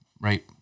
right